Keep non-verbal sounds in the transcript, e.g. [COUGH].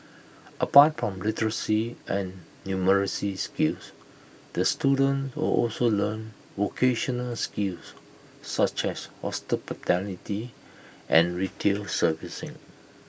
apart from literacy and numeracy skills the student will also learn vocational skills such as [UNINTELLIGIBLE] and retail servicing